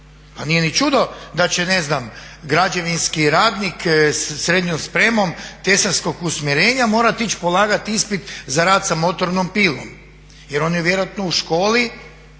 Pa nije ni čudo da će, ne znam građevinski radnik sa srednjom spremom tesarskog usmjerenja morati ići polagati ispit za rad sa motornom pilom. Jer on je vjerojatno u školi